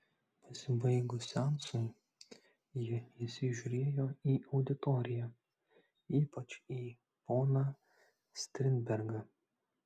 pasibaigus seansui ji įsižiūrėjo į auditoriją ypač į poną strindbergą